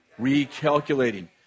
Recalculating